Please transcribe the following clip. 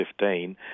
2015